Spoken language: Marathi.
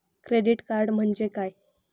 क्रेडिट कार्ड म्हणजे काय?